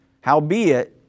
Howbeit